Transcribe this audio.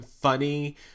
funny